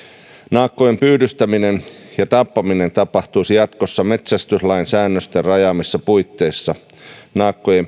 naakkojen pyydystäminen ja tappaminen tapahtuisi jatkossa metsästyslain säännösten rajaamissa puitteissa naakkojen